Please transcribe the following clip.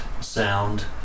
sound